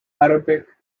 arabic